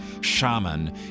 shaman